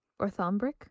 Orthombric